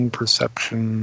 perception